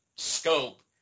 scope